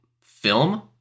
film